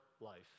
life